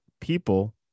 people